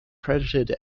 credited